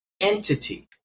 entity